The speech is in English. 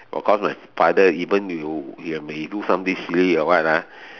of cause my father even if you you have may do something silly or what ah